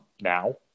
now